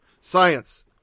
Science